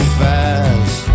fast